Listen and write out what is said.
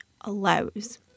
allows